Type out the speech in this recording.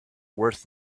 worth